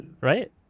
Right